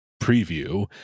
preview